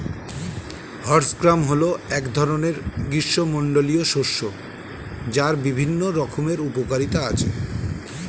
horse gram হল এক ধরনের গ্রীষ্মমণ্ডলীয় শস্য যার বিভিন্ন রকমের উপকারিতা আছে